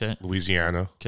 Louisiana